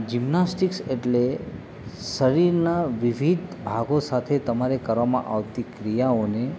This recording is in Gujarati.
જિમ્નાસ્ટીકસ એટલે શરીરના વિવિધ ભાગો સાથે તમારે કરવામાં આવતી ક્રિયાઓને